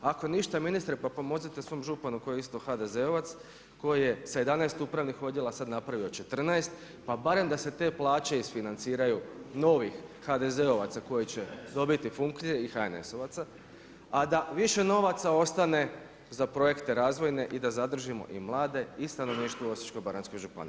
Ako ništa ministre, pa pomozite svom županu koji je isto HDZ-ovac, koji je sa 11 upravnih odjela sada napravio 14, pa barem da se te plaće isfinanciraju novih HDZ-ovaca koji će dobiti funkcije i HNS-ovaca a da više novaca ostane za projekte razvojne i da zadržimo i mlade i stanovništvo u Osječko-baranjskoj županiji.